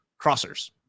crossers